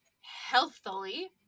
healthily